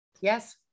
Yes